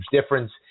difference